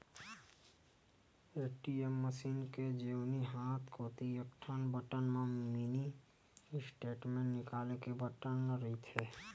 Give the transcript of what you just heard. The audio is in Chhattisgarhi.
ए.टी.एम मसीन के जेवनी हाथ कोती एकठन बटन म मिनी स्टेटमेंट निकाले के बटन रहिथे